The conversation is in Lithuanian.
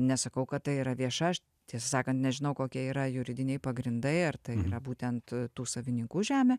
nesakau kad tai yra vieša aš tiesą sakant nežinau kokie yra juridiniai pagrindai ar tai yra būtent tų savininkų žemė